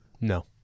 No